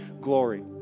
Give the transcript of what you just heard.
glory